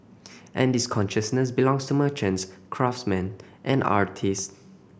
and this consciousness belongs to merchants craftsman and artist